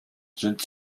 sind